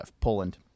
Poland